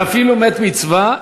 ואפילו מת מצווה,